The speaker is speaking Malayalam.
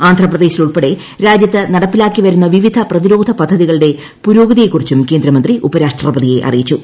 ആന്ധ്രാപ്രദേശിൽ ഉൾപ്പെടെ രാജ്യത്ത് നടപ്പിലാക്കിവരുന്ന വിവിധ പ്രതിരോധ പദ്ധതികളുടെ പുരോഗതിയെക്കുറിച്ചും കേന്ദ്രമന്ത്രി ഉപരാഷ്ട്രപതിയെ അറിയിച്ചു